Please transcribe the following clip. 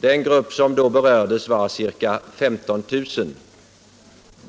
Den grupp som då berördes omfattade ca 15 000 personer.